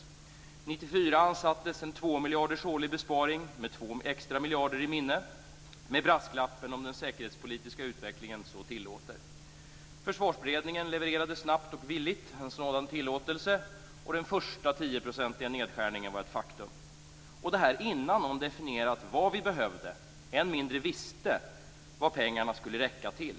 1994 avsattes en 2-miljarders årlig besparing med 2 extra miljarder i minne, med brasklappen "om den säkerhetspolitiska utvecklingen så tillåter". Försvarsberedningen levererade snabbt och villigt en sådan tillåtelse, och den första tioprocentiga nedskärningen var ett faktum. Detta skede innan någon definierat vad vi behövde, än mindre visste vad pengarna skulle räcka till.